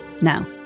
Now